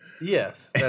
Yes